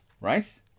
right